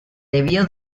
debió